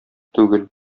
түгел